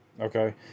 Okay